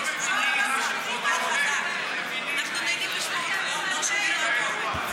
לא שומעים עד פה.